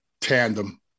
tandem